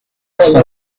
cent